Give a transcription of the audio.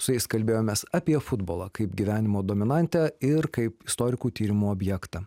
su jais kalbėjomės apie futbolą kaip gyvenimo dominantę ir kaip istorikų tyrimo objektą